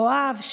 יואב,